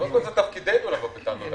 תפקידנו לבוא בטענות.